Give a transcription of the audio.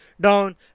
down